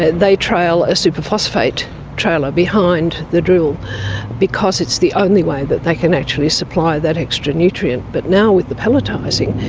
they trail a superphosphate trailer behind the drill because it's the only way that they can actually supply that extra nutrient, but now with the pelletising,